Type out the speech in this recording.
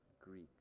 Greek